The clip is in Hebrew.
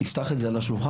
נפתח את זה על השולחן,